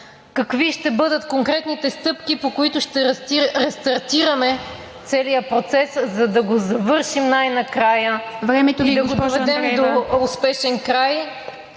какви ще бъдат конкретните стъпки, по които ще рестартираме целия процес, за да го завършим най-накрая и да го доведем до успешен край?